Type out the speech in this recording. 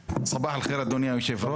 סבאח אל ח'יר, אדוני היושב-ראש.